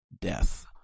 death